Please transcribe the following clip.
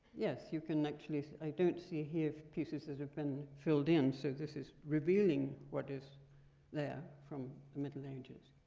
yes, you can actually i don't see here pieces that have been filled in, so this is revealing what is there from the middle ages.